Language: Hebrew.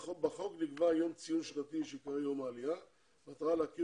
בחוק נקבע יום ציון שנתי שייקרא יום העלייה במטרה להכיר